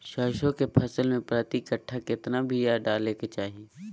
सरसों के फसल में प्रति कट्ठा कितना बिया डाले के चाही?